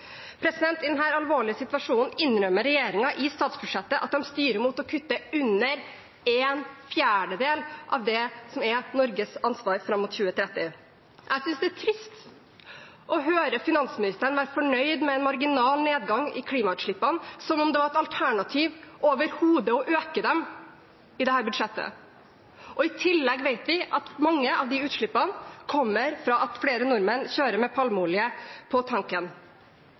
I denne alvorlige situasjonen innrømmer regjeringen i statsbudsjettet at de styrer mot å kutte under en fjerdedel av det som er Norges ansvar fram mot 2030. Jeg synes det er trist å høre finansministeren være fornøyd med en marginal nedgang i klimagassutslippene – som om det overhodet var et alternativ å øke dem i dette budsjettet. I tillegg vet vi at mange av de utslippene kommer av at flere nordmenn kjører med palmeolje på tanken.